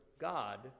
god